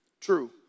true